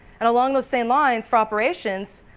and along the same lines for operations,